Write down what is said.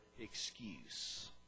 excuse